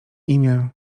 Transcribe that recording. imię